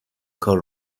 کار